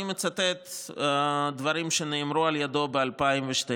אני מצטט דברים שנאמרו על ידו ב-2012,